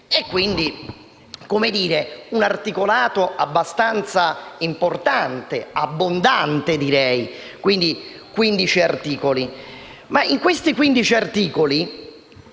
quindi di un articolato abbastanza importante, abbondante direi, essendo 15 gli articoli.